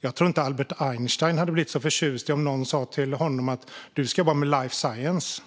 Jag tror inte att Albert Einstein hade blivit så förtjust om någon hade sagt till honom: Du ska jobba med life science!